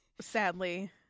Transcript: Sadly